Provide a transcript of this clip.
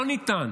לא ניתן